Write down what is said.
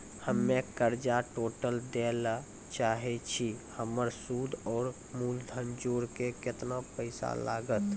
हम्मे कर्जा टोटल दे ला चाहे छी हमर सुद और मूलधन जोर के केतना पैसा लागत?